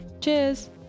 Cheers